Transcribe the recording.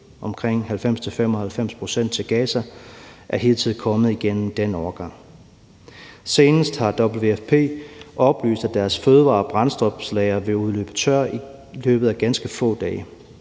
omkring 90-95 pct., til Gaza er hidtil kommet igennem den overgang. Senest har WFP oplyst, at deres fødevare- og brændstofslagre vil løbe tør i løbet af ganske få dage.